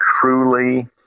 truly